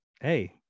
hey